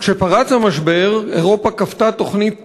כשפרץ המשבר אירופה כפתה תוכנית צנע,